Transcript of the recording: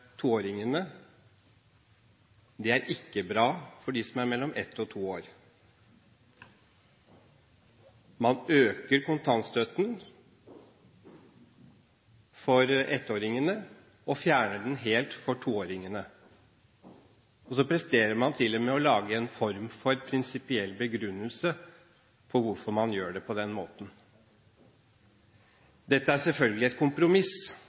for toåringene, er ikke bra for dem som er mellom ett og to år. Man øker kontantstøtten for ettåringene og fjerner den helt for toåringene. Og så presterer man til og med å lage en form for prinsipiell begrunnelse for hvorfor man gjør det på den måten. Dette er selvfølgelig et kompromiss,